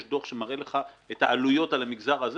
יש דוח שמראה לך את העלויות על המגזר הזה